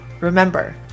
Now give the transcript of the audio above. Remember